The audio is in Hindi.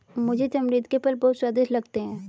मुझे तमरिंद के फल बहुत स्वादिष्ट लगते हैं